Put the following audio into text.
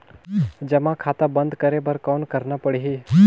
जमा खाता बंद करे बर कौन करना पड़ही?